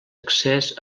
accés